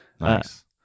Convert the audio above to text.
Nice